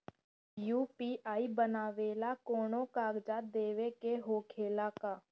UPI बनावेला कौनो कागजात देवे के होखेला का?